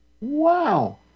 Wow